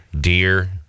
deer